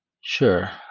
Sure